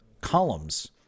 columns